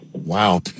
Wow